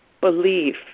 belief